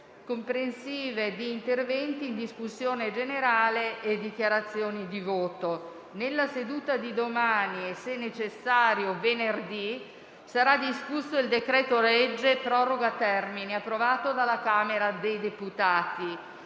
comprensive di interventi in discussione generale e dichiarazioni di voto. Nella seduta di domani e, se necessario, di venerdì sarà discusso il decreto-legge proroga termini approvato dalla Camera dei deputati.